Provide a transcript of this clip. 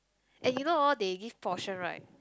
and you know hor they give portion right